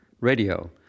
radio